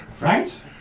right